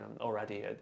already